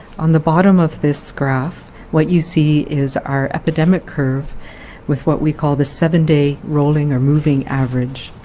on the bottom of this graph, what you see is our epidemic curve with what we call the seven-day rolling or moving average.